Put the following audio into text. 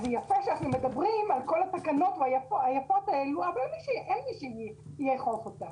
יפה שאנחנו מדברים על כל התקנות היפות האלו אבל אין מי שיאכוף אותן.